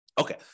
Okay